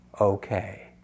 okay